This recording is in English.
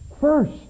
first